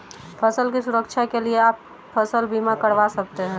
फसल की सुरक्षा के लिए आप फसल बीमा करवा सकते है